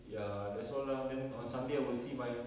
ya that's all lah then sunday I will see my